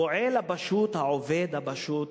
בסוף הפועל הפשוט, העובד הפשוט,